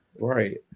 Right